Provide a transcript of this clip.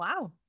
wow